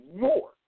more